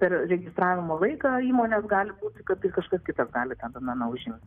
per registravimo laiką įmonė gali būti kad ir kažkas kitas gali tą domeną užim